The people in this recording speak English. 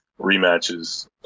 rematches